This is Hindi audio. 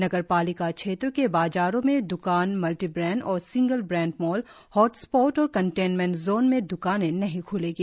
नगर पालिका क्षेत्रों के बाजारों में द्कान मल्टीब्रेंड और सिंगल ब्रेंड मॉल हॉटस्पॉट और कंटेनमेंट जोन में द्कानें नहीं ख्लेगी